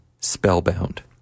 spellbound